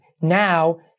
now